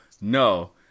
no